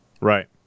Right